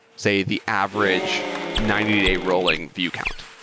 say, the average ninety day rolling view count?